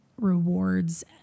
rewards